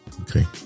okay